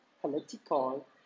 political